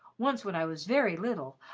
once when i was very little,